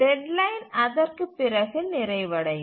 deadline அதற்குப் பிறகு நிறைவடையும்